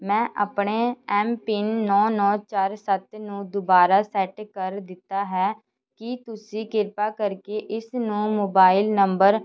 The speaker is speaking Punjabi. ਮੈਂ ਆਪਣੇ ਐੱਮ ਪਿੰਨ ਨੌ ਨੌ ਚਾਰ ਸੱਤ ਨੂੰ ਦੁਬਾਰਾ ਸੈੱਟ ਕਰ ਦਿੱਤਾ ਹੈ ਕੀ ਤੁਸੀਂ ਕਿਰਪਾ ਕਰਕੇ ਇਸ ਨੂੰ ਮੌਬਾਇਲ ਨੰਬਰ